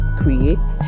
create